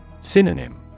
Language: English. Synonym